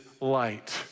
light